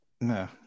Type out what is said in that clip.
No